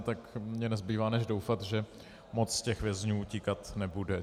Tak mi nezbývá než doufat, že moc těch vězňů utíkat nebude.